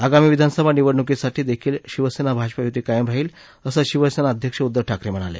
आगामी विधानसभा निवडणुकीसाठी देखील शिवसेना भाजपा युती कायम राहील असं शिवसेना अध्यक्ष उद्दव ठाकरे म्हणाले